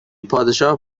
پادشاه